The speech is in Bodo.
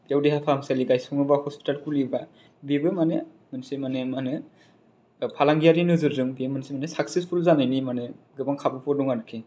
बेयाव देहा फाहामसालि गायसङोबा हस्पिटाल खुलियोबा बेबो माने मोनसे माने मा होनो फालांगियारि नोजोरजों बे मोनसे माने साक्सेसफुल जानायनि माने गोबां खाबुफोर दं आरोखि